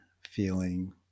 feeling